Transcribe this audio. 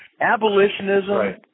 abolitionism